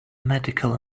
medical